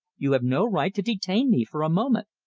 you have no right to detain me for a moment.